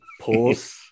Pause